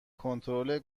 کنترل